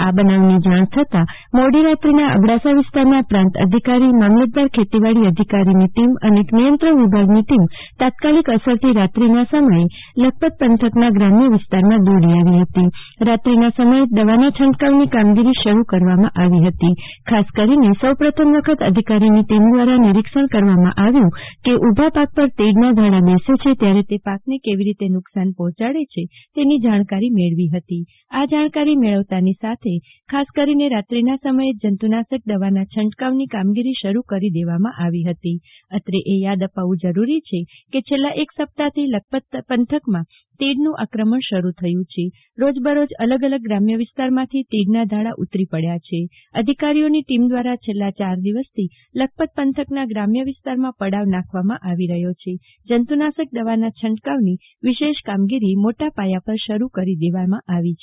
આ બનાવની જાણ થતા મોડીરાત્રીના અબડાસા વિસ્તારના પ્રાંત અધિકારી મામલતદાર ખેતીવાડી અધિકારી ની ટીમ અને નિયંત્રણ વિભાગની ટીમ તાત્કાલિક અસરથી રાત્રિના સમયે લખપત પંથકનાં ગ્રામ્ય વિસ્તારમાં દોડી આવી હતી રાત્રિના સમયે જ દવાના છંટકાવની કામગીરી શરૂ કરી દેવામાં આવી હતી ખાસ કરીને સૌ પ્રથમ વખત અધિકારીની ટીમ દ્વારા નિરીક્ષણ કરવામાં આવ્યું છે કે ઊભા પાક પર તીડના ધાડા બેસે છે ત્યારે તે પાકને કેવી રીતે નુકસાન પહોંચાડે છે તેની જાણકારી મેળવવામાં આવી હતી આ જાણકારી મળતાની સાથે જ ખાસ કરીને રાત્રિના સમયે જ જંતુનાશક દવાના છંટકાવની કામગીરી શરૂ કરી દેવામાં આવી હતી અત્રે એ યાદ અપાવવું જરૂરી છે કે છેલ્લા એક સપ્તાહથી લખપત પંથકમાં તીડનું આક્રમણ શરૂ થયું છે રોજ બ રોજ અલગ અલગ ગ્રામ્ય વિસ્તારમાંથી તીડનાધાડા ઉતરી પડ્યા છે અધિકારીઓની ટીમ દ્વારા છેલ્લા ચાર દિવસથી લખપત પંથકના ગ્રામ્ય વિસ્તારમાં પડાવ નાખવામાં આવી રહ્યો છે જંતુનાશક દવાના છંટકાવની વિશેષ કામગીરી મોટાપાયા પર શરૂ કરી દેવામાં આવી છે